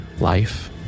life